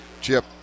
Chip